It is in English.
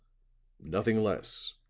nothing less.